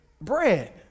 bread